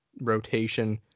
rotation